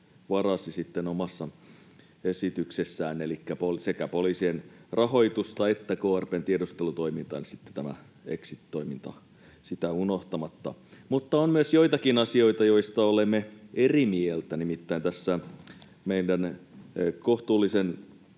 varasi omassa esityksessään, elikkä sekä poliisien rahoituksesta että rahoituksesta KRP:n tiedustelutoimintaan, tätä exit-toimintaa unohtamatta. On myös joitakin asioita, joista olemme eri mieltä. Nimittäin tässä meidän kohtuullisen